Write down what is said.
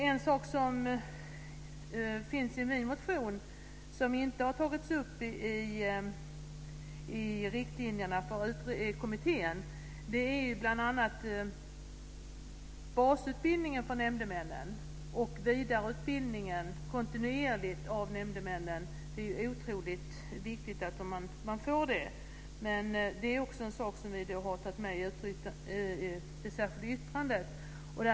En sak som finns i min motion som inte har tagits upp i riktlinjerna för kommittén är bl.a. basutbildningen för nämndemännen och kontinuerlig vidareutbildning av nämndemännen. Det är otroligt viktigt att de får det, men det är också en sak som vi har tagit med i det särskilda yttrandet.